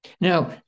Now